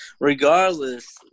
Regardless